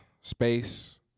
space